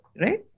right